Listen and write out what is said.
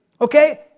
Okay